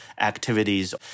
activities